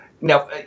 Now